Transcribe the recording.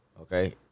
Okay